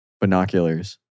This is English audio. binoculars